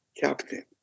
captain